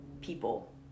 people